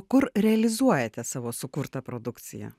kur realizuojate savo sukurtą produkciją